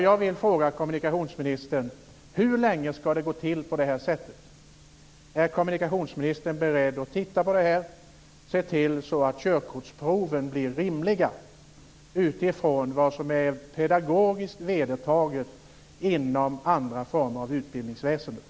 Jag vill fråga kommunikationsministern: Hur länge skall det gå till på det här sättet? Är kommunikationsministern beredd att titta på det här och se till att körkortsproven blir rimliga utifrån vad som är pedagogiskt vedertaget inom andra former av utbildningsväsenden?